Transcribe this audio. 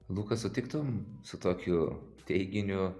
luka sutiktum su tokiu teiginiu